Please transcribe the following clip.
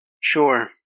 Sure